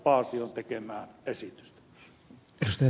paasion tekemää esitystä